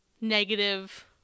negative